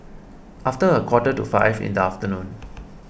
after a quarter to five in the afternoon